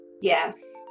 Yes